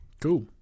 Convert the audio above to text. Cool